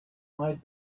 might